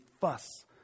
fuss